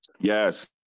Yes